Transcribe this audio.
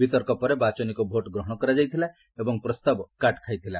ବିତର୍କ ପରେ ବାଚନିକ ଭୋଟ୍ ଗ୍ରହଣ କରାଯାଇଥିଲା ଏବଂ ପ୍ରସ୍ତାବ କାଟ୍ ଖାଇଥିଲା